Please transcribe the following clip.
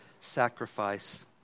sacrifice